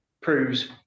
proves